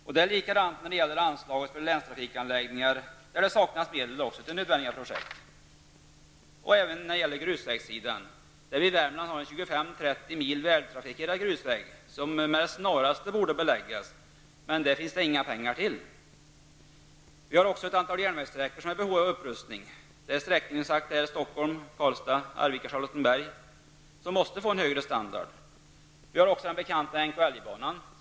Även när det gäller anslaget för länstrafikanläggningar saknas det medel till nödvändiga projekt. Detsamma gäller i fråga om grusvägar. Vi har i Värmland 25--30 mil vältrafikerad grusväg, som med det snaraste borde beläggas. Men det finns det inga pengar till. Vi har också ett antal järnvägssträckor som är i behov av upprustning. Sträckningen Stockholm-- Karlstad--Arvika--Charlottenberg måste få en högre standard. Vi har också den bekanta NKLJ banan.